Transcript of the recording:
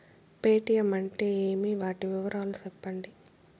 Paytm అంటే ఏమి, వాటి వివరాలు సెప్పండి?